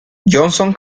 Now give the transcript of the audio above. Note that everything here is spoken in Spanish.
johnson